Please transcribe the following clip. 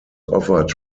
offered